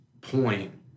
point